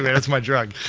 yeah that's my drug.